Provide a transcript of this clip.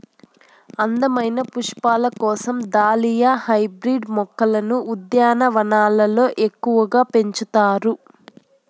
అందమైన పుష్పాల కోసం దాలియా హైబ్రిడ్ మొక్కలను ఉద్యానవనాలలో ఎక్కువగా పెంచుతారు